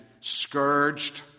scourged